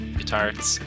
Guitars